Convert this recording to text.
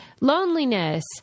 loneliness